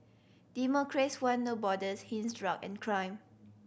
democrats want No Borders hence drug and crime